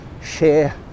share